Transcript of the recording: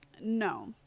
No